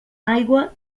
aigua